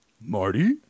Marty